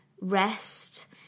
rest